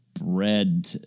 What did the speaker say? bred